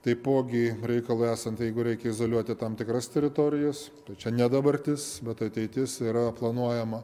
taipogi reikalui esant jeigu reikia izoliuoti tam tikras teritorijas tai čia ne dabartis bet ateitis yra planuojama